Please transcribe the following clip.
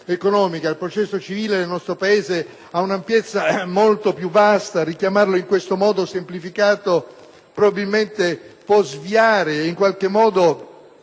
Il processo civile, nel nostro Paese, ha un ampiezza molto più vasta; richiamarlo in questo modo semplificato può sviare e in qualche modo